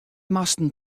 moasten